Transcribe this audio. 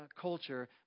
culture